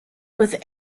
with